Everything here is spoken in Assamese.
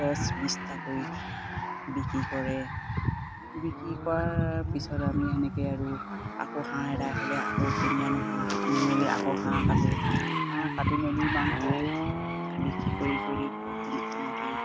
দহ বিছটাকৈ বিক্ৰী কৰে বিক্ৰী কৰাৰ পিছত আমি সেনেকৈ আৰু আকৌ হাঁহ এদাই হ'লে আকৌ কিনি আনো হাঁহ আনি মেলি আকৌ হাঁহ কাটো হাঁহ কাটি মেলি মাংস বিক্ৰী কৰি কৰি ঘৰখন উন্নতি